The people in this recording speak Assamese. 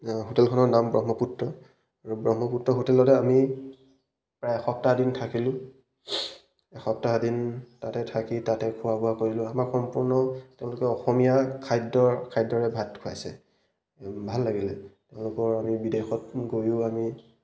হোটেলখনৰ নাম ব্ৰহ্মপুত্ৰ আৰু ব্ৰহ্মপুত্ৰ হোটেলতে আমি প্ৰায় এসপ্তাহ দিন থাকিলোঁ এসপ্তাহ দিন তাতে থাকি তাতে খোৱা বোৱা কৰিলোঁ আমাৰ সম্পূৰ্ণ তেওঁলোকে অসমীয়া খাদ্যৰ খাদ্যৰে ভাত খুৱাইছে ভাল লাগিলে তেওঁলোকৰ আমি বিদেশত গৈও আমি